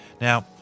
Now